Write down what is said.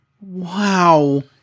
Wow